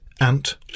Ant